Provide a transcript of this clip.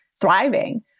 thriving